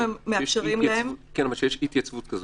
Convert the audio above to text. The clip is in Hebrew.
הם מאפשרים להם --- אבל כשיש התייצבות כזאת,